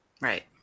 right